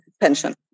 pension